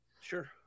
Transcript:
Sure